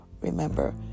remember